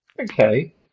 Okay